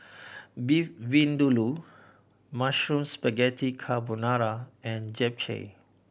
Beef Vindaloo Mushroom Spaghetti Carbonara and Japchae